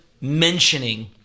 mentioning